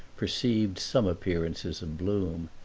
perceived some appearances of bloom.